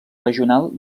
regional